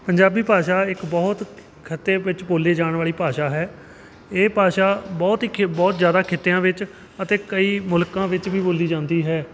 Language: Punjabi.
ਪੰਜਾਬੀ ਭਾਸ਼ਾ ਇੱਕ ਬਹੁਤ ਖਿੱਤੇ ਵਿੱਚ ਬੋਲੇ ਜਾਣ ਵਾਲੀ ਭਾਸ਼ਾ ਹੈ ਇਹ ਭਾਸ਼ਾ ਬਹੁਤ ਹੀ ਬਹੁਤ ਜ਼ਿਆਦਾ ਖਿੱਤਿਆਂ ਵਿੱਚ ਅਤੇ ਕਈ ਮੁਲਕਾਂ ਵਿੱਚ ਵੀ ਬੋਲੀ ਜਾਂਦੀ ਹੈ